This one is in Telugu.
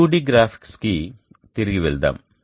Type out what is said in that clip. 2D గ్రాఫిక్స్కు తిరిగి వెళ్దాం